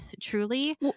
truly